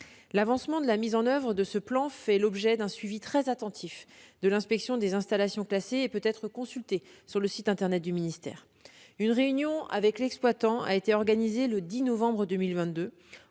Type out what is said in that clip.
L'avancement de la mise en oeuvre de ce plan fait l'objet d'un suivi très attentif de l'inspection des installations classées et peut être consulté sur le site internet du ministère. Une réunion avec l'exploitant a été organisée le 10 novembre 2022,